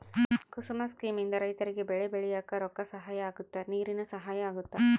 ಕುಸುಮ scheme ಇಂದ ರೈತರಿಗೆ ಬೆಳೆ ಬೆಳಿಯಾಕ ರೊಕ್ಕ ಸಹಾಯ ಅಗುತ್ತ ನೀರಿನ ಸಹಾಯ ಅಗುತ್ತ